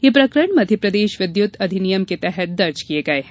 ये प्रकरण मध्यप्रदेश विद्युत अधिनियम के तहत दर्ज किये गये हो